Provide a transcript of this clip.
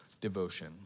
devotion